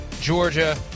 Georgia